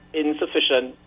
insufficient